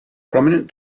prominent